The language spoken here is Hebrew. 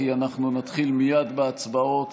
כי אנחנו נתחיל מייד בהצבעות